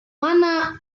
mana